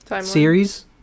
series